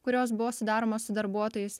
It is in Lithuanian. kurios buvo sudaromos su darbuotojais